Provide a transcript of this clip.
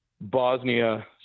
Bosnia